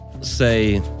Say